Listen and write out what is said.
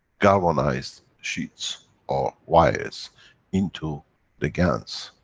galvanized sheets or wires into the gans,